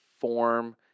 form